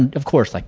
and of course, like